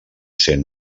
sent